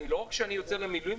לא רק שאני יוצא למילואים,